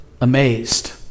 amazed